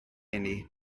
eni